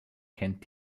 kennt